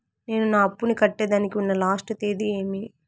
నేను నా అప్పుని కట్టేదానికి ఉన్న లాస్ట్ తేది ఏమి?